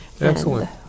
Excellent